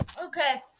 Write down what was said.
Okay